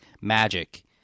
magic